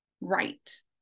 Right